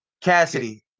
Cassidy